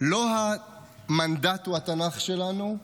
"לא המנדט הוא התנ"ך שלנו,